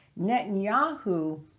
Netanyahu